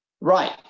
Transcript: Right